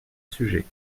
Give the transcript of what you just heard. sujet